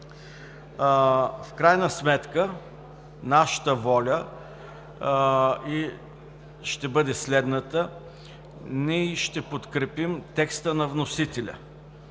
В крайна сметка нашата воля ще бъде следната: ние ще подкрепим текста на вносителя.